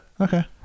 Okay